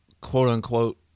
quote-unquote